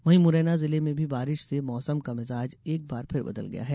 वहीं मुरैना जिले में भी बारिश से मौसम का मिजाज एक बार फिर बदल गया है